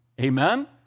Amen